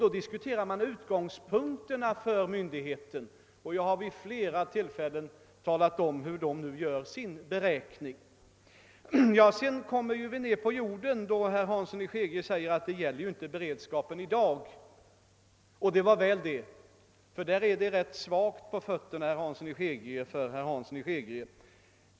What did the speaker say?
Då diskuterar man de utgångspunkter som myndigheten haft. Jag har vid flera tillfällen talat om hur myndigheten gör sin beräkning. Sedan kommer vi ned på jorden, då herr Hansson i Skegrie säger att det inte gäller beredskapen i dag, och det var väl, ty annars skulle herr Hanssons argumentation vara rätt svag.